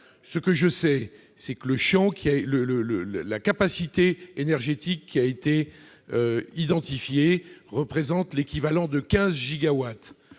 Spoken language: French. Ce que je sais, c'est que la capacité énergétique identifiée représente l'équivalent de 15 gigawatts,